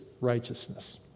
righteousness